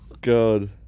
God